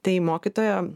tai mokytojo